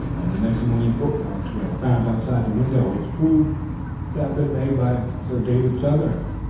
and the next morning footmarks were found outside the window which proved to have been made by sir david southern.